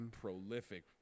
prolific